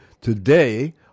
Today